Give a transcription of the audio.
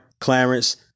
Clarence